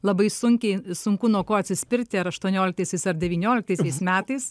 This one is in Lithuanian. labai sunkiai sunku nuo ko atsispirti ar aštuonioliktaisiais ar devynioliktaisiais metais